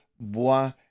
Bois